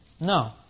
No